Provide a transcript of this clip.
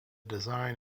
design